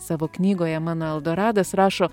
savo knygoje mano eldoradas rašo